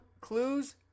Clues